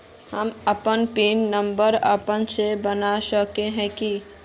हम अपन PIN number अपने से बना सके है की?